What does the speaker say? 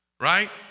right